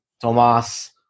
Tomas